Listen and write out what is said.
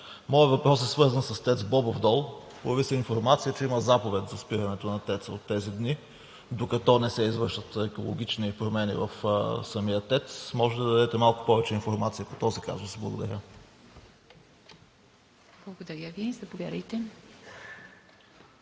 Моят въпрос е свързан с ТЕЦ „Бобов дол“. Появи се информация, че има заповед за спирането на ТЕЦ-а от тези дни, докато не се извършат екологични промени в самия ТЕЦ. Може ли да дадете малко повече информация по този казус? Благодаря. ПРЕДСЕДАТЕЛ ИВА